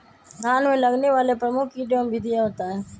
धान में लगने वाले प्रमुख कीट एवं विधियां बताएं?